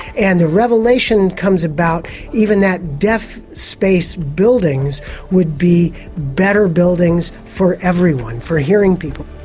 and the revelation comes about even that deaf space buildings would be better buildings for everyone, for hearing people.